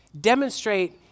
demonstrate